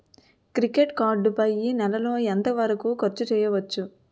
Credit card పై నెల లో ఎంత వరకూ ఖర్చు చేయవచ్చు?